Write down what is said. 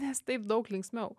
nes taip daug linksmiau